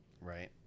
Right